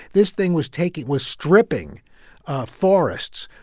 this thing was taking was stripping forests,